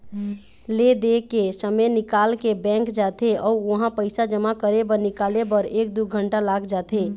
ले दे के समे निकाल के बैंक जाथे अउ उहां पइसा जमा करे बर निकाले बर एक दू घंटा लाग जाथे